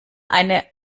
eine